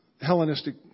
Hellenistic